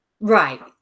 right